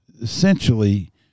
essentially –